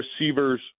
receivers